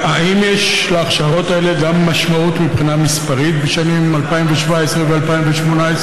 האם יש להכשרות האלה גם משמעות מבחינה מספרית בשנים 2017 ו-2018?